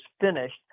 finished